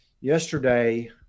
yesterday